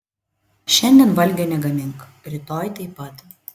šiandien valgio negamink rytoj taip pat